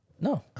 No